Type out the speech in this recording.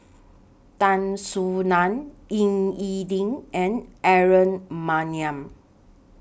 Tan Soo NAN Ying E Ding and Aaron Maniam